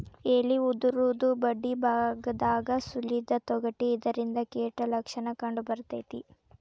ಎಲಿ ಉದುರುದು ಬಡ್ಡಿಬಾಗದಾಗ ಸುಲಿದ ತೊಗಟಿ ಇದರಿಂದ ಕೇಟ ಲಕ್ಷಣ ಕಂಡಬರ್ತೈತಿ